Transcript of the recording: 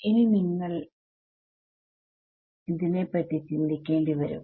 ഇനി നിങ്ങൾ ഇതിനെക്കുറിച്ച് ചിന്തിക്കേണ്ടി വരും